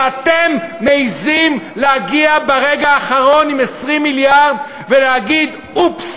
ואתם מעזים להגיע ברגע האחרון עם 20 מיליארד ולהגיד: אופס,